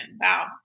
Wow